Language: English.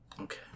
Okay